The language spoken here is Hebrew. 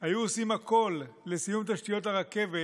היו עושים הכול לסיום תשתיות הרכבת